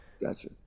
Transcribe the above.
Gotcha